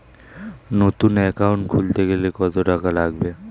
নতুন একাউন্ট খুলতে গেলে কত টাকা লাগবে?